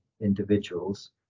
individuals